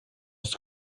ist